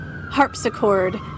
harpsichord